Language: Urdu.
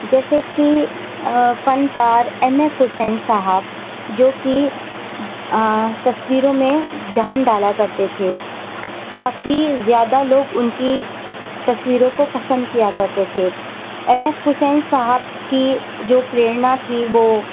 جیسے کہ فنکار ایم ایف حسین صاحب جو کہ تصویروں میں جان ڈالا کرتے تھے کافی زیادہ لوگ ان کی تصویروں کو پسند کیا کرتے تھے ایم ایف حسین صاحب کی جو پریڑنا تھی وہ